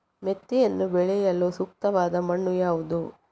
ಮೆಂತೆಯನ್ನು ಬೆಳೆಯಲು ಸೂಕ್ತವಾದ ಮಣ್ಣು ಯಾವುದು?